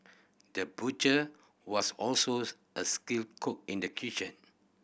the butcher was also a skilled cook in the kitchen